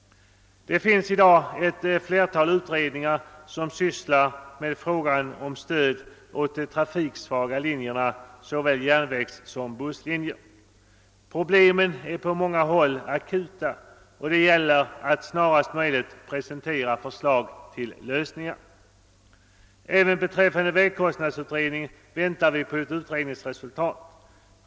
Det finns i dag ett flertal utredningar som sysslar med frågan om stöd åt de trafiksvaga linjerna, såväl järnvägssom busslinjer. Problemen är på många håll akuta, och det gäller att snarast möjligt presentera förslag till lösningar. Även från vägkostnadsutredningen väntar vi på ett utredningsresultat.